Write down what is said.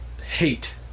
Hate